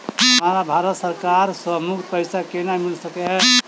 हमरा भारत सरकार सँ मुफ्त पैसा केना मिल सकै है?